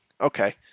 Okay